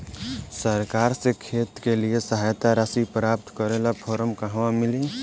सरकार से खेत के लिए सहायता राशि प्राप्त करे ला फार्म कहवा मिली?